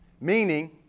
meaning